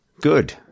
good